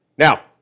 Now